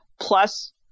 Plus